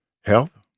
health